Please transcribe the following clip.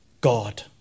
God